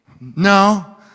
No